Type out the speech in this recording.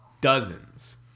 Dozens